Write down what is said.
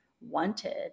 wanted